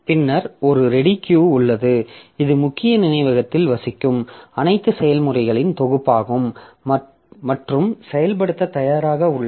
பின்னர் ஒரு ready queue உள்ளது இது முக்கிய நினைவகத்தில் வசிக்கும் அனைத்து செயல்முறைகளின் தொகுப்பாகும் மற்றும் செயல்படுத்த தயாராக உள்ளது